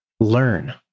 learn